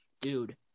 dude